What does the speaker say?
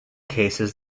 cases